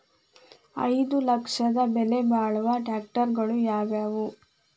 ಐದು ಲಕ್ಷದ ಬೆಲೆ ಬಾಳುವ ಟ್ರ್ಯಾಕ್ಟರಗಳು ಯಾವವು?